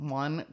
one